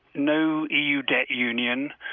no eu debt union,